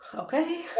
okay